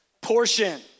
portion